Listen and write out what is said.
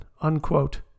Unquote